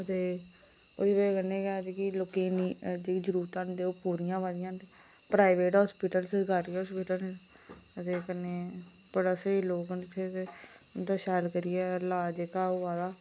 अदे ओह्दी वजह् कन्नै गै लोकें दी जेह्की जूरतां न ओह् पूरियां होआ दियां न प्राइवेट अस्पिटल न सरकारी अस्पिटल न अदे कन्नै बड़ा स्हेई लोक इत्थै शैल करियै लाज होआ दा